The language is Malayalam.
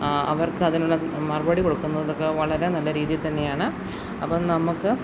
അവർക്ക് അതിനുള്ള മറുപടി കൊടുക്കുന്നതൊക്കെ വളരെ നല്ല രീതിയിൽ തന്നെയാണ് അപ്പം നമുക്ക്